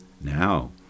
Now